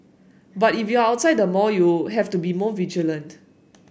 but if you are outside the mall you have to be more vigilant